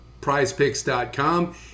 prizepicks.com